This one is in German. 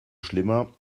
schlimmer